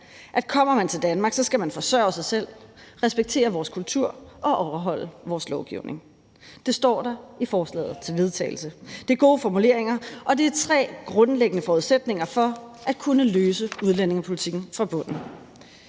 at kommer man til Danmark, skal man forsørge sig selv, respektere vores kultur og overholde vores lovgivning. Det står der i forslaget til vedtagelse. Det er gode formuleringer, og det er tre grundlæggende forudsætninger for at kunne løse udlændingepolitikken fra bunden.